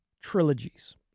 trilogies